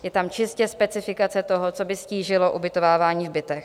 Je tam čistě specifikace toho, co by ztížilo ubytovávání v bytech.